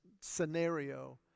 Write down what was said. scenario